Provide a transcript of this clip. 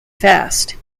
fast